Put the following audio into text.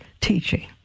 teaching